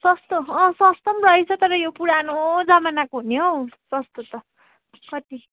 सस्तो अँ सस्तो पनि रहेछ तर यो पुरानो जमानाको हो नि हौ सस्तो त कति